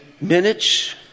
minutes